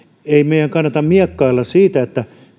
ei meidän kannata miekkailla siitä